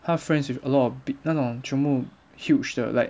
他 friends with a lot of big 那种全部 huge 的 like